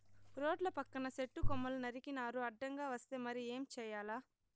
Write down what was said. రోడ్ల పక్కన సెట్టు కొమ్మలు నరికినారు అడ్డంగా వస్తే మరి ఏం చేయాల